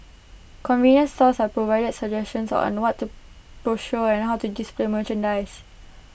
convenience stores are provided suggestions on what to procure and how to display merchandise